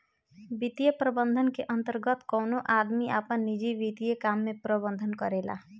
वित्तीय प्रबंधन के अंतर्गत कवनो आदमी आपन निजी वित्तीय काम के प्रबंधन करेला